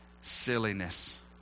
silliness